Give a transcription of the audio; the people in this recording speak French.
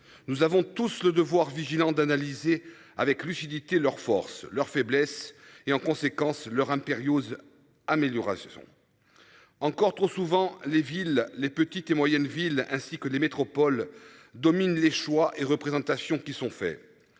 Nous avons tous le devoir vigilant d'analyser avec lucidité leurs forces, leurs faiblesses, et en conséquence leur impérieuse améliorations sont. Encore trop souvent les villes, les petites et moyennes villes ainsi que les métropoles domine les choix et représentations qui sont faits.